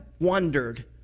wondered